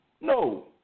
No